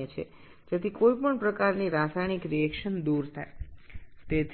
হিসাবে কেবল বায়ু কে বিবেচনা করি যার ফলে যে কোনও ধরণের রাসায়নিক বিক্রিয়া বাদ দিই